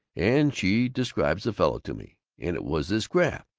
and she describes the fellow to me, and it was this graff.